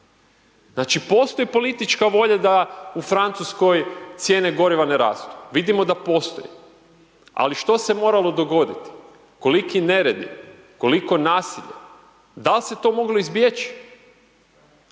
Znači, postoji politička volja da u Francuskoj cijene goriva ne rastu, vidimo da postoji, ali što se moralo dogoditi, koliki neredi, koliko nasilja, dal' se to moglo izbjeći,